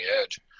edge